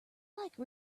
like